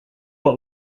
what